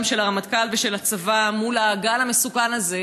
של הרמטכ"ל ושל הצבא מול הגל המסוכן הזה,